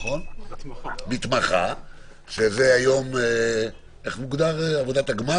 שזה יום עבודת הגמר,